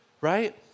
right